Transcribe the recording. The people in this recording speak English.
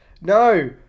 No